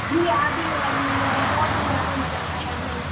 جی آدی ہے بہت ہی زیادہ مزہ آتا ہے پڑھنے میں